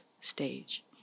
stage